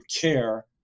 care